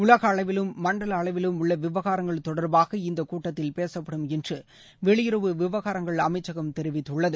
உலகளவிலும் மண்டலஅளவிலும் உள்ளவிவகாரங்கள் தொடர்பாக இந்தகூட்டத்தில் பேசப்படும் என்றுவெளியுறவு விவகாரங்கள் அமைச்சகம் தெரிவித்துள்ளது